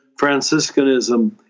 Franciscanism